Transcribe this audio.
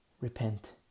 repent